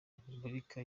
repubulika